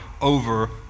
over